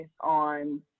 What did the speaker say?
on